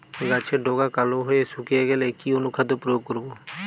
গাছের ডগা কালো হয়ে শুকিয়ে গেলে কি অনুখাদ্য প্রয়োগ করব?